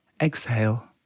exhale